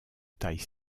taille